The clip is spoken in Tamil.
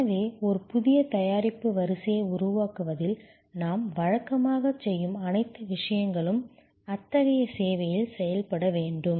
எனவே ஒரு புதிய தயாரிப்பு வரிசையை உருவாக்குவதில் நாம் வழக்கமாகச் செய்யும் அனைத்து விஷயங்களும் அத்தகைய சேவையில் செய்யப்பட வேண்டும்